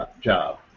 job